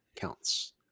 counts